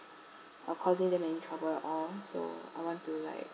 uh causing them any trouble at all so I want to like